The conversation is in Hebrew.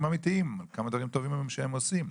אמיתיים על כמה דברים טובים שהם עושים.